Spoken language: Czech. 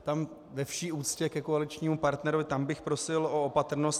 Tam ve vší úctě ke koaličnímu partnerovi, tam bych prosil o opatrnost.